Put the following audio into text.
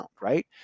right